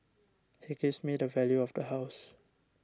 he gives me the value of the house